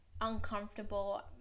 uncomfortable